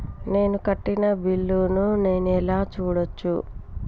నేను కట్టిన బిల్లు ను నేను ఎలా చూడచ్చు?